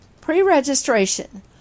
Pre-registration